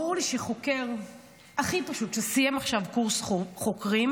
ברור שהחוקר הכי פשוט, שסיים עכשיו קורס חוקרים,